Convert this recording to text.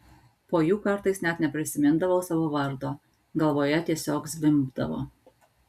po jų kartais net neprisimindavau savo vardo galvoje tiesiog zvimbdavo